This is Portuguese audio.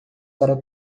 para